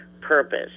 purpose